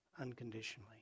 unconditionally